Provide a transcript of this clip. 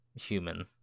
human